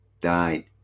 died